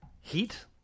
Heat